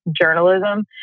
journalism